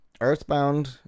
Earthbound